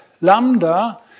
lambda